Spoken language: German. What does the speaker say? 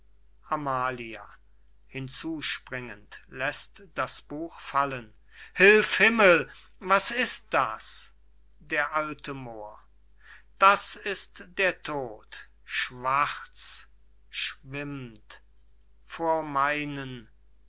fallen hilf himmel was ist das d a moor das ist der tod schwarz schwimmt vor meinen